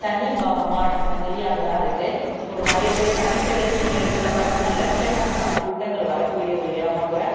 சனிபகவான் சன்னதி அங்கேதான் இருக்கு ஸோ நிறைய பேர் சனிப்பெயர்ச்சி நேரங்களில் பார்த்திங்கனா லட்சக்கணக்கான கூட்டங்கள் வரக்கூடிய ஒரு இடமா கூட